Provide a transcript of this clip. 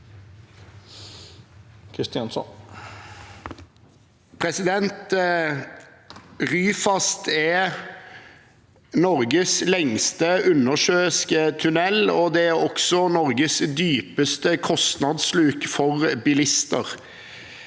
Ryfast er Norges lengste undersjøiske tunnel, og det er også Norges dypeste kostnadssluk for bilister.